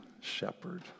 shepherd